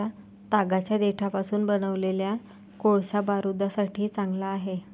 तागाच्या देठापासून बनवलेला कोळसा बारूदासाठी चांगला आहे